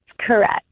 correct